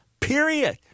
period